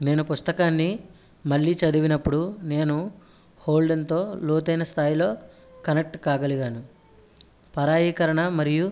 నేను పుస్తకాన్ని మళ్ళీ చదివినప్పుడు నేను హోల్డెన్తో లోతైన స్థాయిలో కనెక్ట్ కాగలిగాను పరాయీకరణ మరియు